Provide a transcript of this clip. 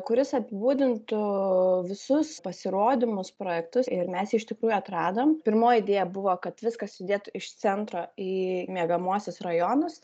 kuris apibūdintų visus pasirodymus projektus ir mes iš tikrųjų atradompirmoji idėja buvo kad viskas judėtų iš centro į miegamuosius rajonus